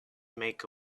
make